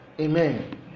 Amen